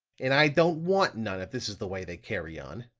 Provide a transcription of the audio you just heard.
and i don't want none, if this is the way they carry on.